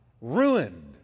ruined